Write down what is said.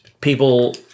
People